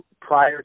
prior